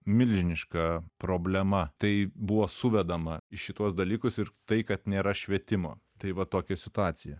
milžiniška problema tai buvo suvedama į šituos dalykus ir tai kad nėra švietimo tai va tokia situacija